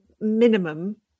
minimum